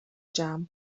جمع